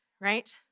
right